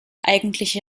eigentliche